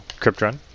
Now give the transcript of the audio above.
Cryptrun